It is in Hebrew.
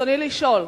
רצוני לשאול: